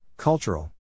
Cultural